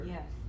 Yes